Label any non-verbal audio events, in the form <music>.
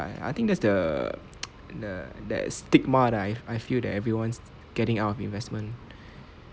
~a I think that's the <noise> the that stigma that I feel that everyone is getting out of investment